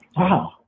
Wow